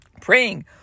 praying